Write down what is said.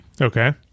Okay